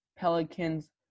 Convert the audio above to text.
Pelicans